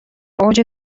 اوج